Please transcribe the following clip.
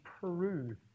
Peru